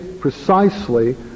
precisely